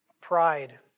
Pride